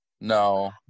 No